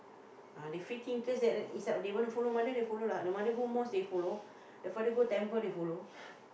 uh they free thinkers that decide what they wanna follow mother they follow lah the mother go mosque they follow the father go temple they follow